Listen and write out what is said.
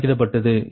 எனவே அது 2